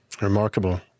Remarkable